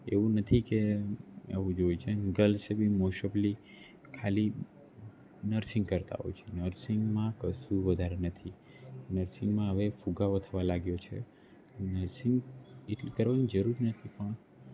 એવું નથી કે એવું જ હોય છે ગલ્સ બી મોસ્ટઓફલી ખાલી નર્સિંગ કરતાં હોય છે નર્સિંગમાં કશું વધારે નથી નર્સિંગમાં હવે ફુગાવો થવા લાગ્યો છે નર્સિંગ એટલી કરવાની જરૂર નથી પણ